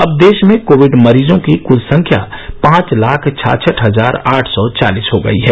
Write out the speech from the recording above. अब देश में कोविड मरीजों की कुल संख्या पांच लाख छाछठ हजार आठ सौ चालीस हो गई है